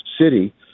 city